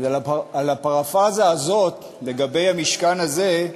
על הפרפראזה הזאת, לגבי המשכן הזה,